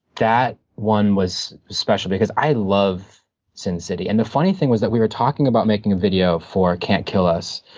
that one was special, because i love sin city. and the funny thing was that we were talking about making a video for can't kill us,